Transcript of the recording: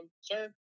sir